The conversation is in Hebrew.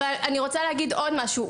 אני רוצה להגיד עוד משהו.